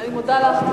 אני מודה לך.